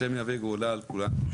השם יביא גאולה על כולנו.